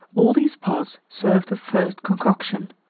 all these parts serve the first concoction.